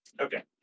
okay